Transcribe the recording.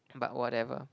but whatever